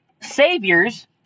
saviors